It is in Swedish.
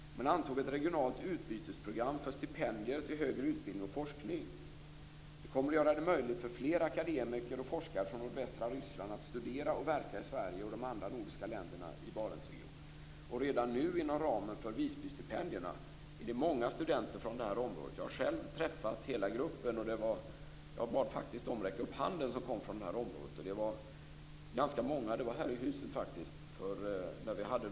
Man antog ett regionalt utbytesprogram för stipendier till högre utbildning och forskning. Det kommer att göra det möjligt för fler akademiker och forskare från nordvästra Ryssland att studera och verka i Sverige och de andra nordiska länderna i Barentsregionen. Redan nu, inom ramen för Visbystipendierna, är det många studenter från detta område. Jag har själv träffat hela gruppen. Jag bad faktiskt dem som kom från detta område att räcka upp handen, och det var ganska många. Hela gruppen var samlad här i huset.